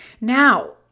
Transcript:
Now